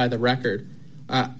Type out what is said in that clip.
by the record i